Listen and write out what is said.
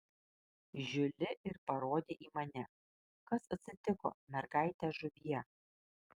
žiuli ir parodė į mane kas atsitiko mergaite žuvie